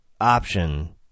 option